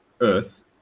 earth